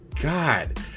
god